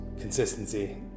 consistency